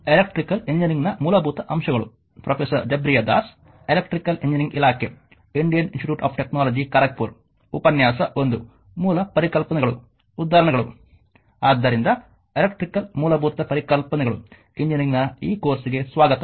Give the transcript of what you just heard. ಆದ್ದರಿಂದ ಎಲೆಕ್ಟ್ರಿಕಲ್ ಮೂಲಭೂತ ಪರಿಕಲ್ಪನೆಗಳು ಎಂಜಿನಿಯರಿಂಗ್ನ ಈ ಕೋರ್ಸ್ಗೆ ಸ್ವಾಗತ